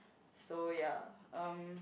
so ya um